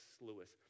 Lewis